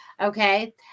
Okay